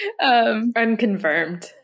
unconfirmed